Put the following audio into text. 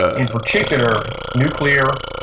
in particular, nuclear,